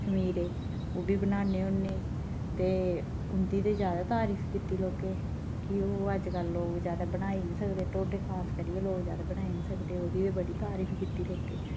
खमीरे ओह्बी बनान्ने होन्ने ते उंदी ते जादा तारीफ कीती लोकें कि अजकल ओह् लोक जादा बनाई निं सकदे ढोडे खास करियै लोक जादा बनाई निं सकदे ओह्दी ते बड़ी तारीफ कीती लोकें